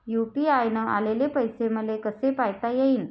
UPI न आलेले पैसे मले कसे पायता येईन?